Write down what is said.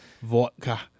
vodka